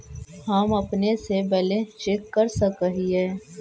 हम अपने से बैलेंस चेक कर सक हिए?